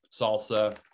salsa